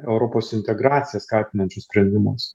europos integraciją skatinančius sprendimus